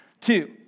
Two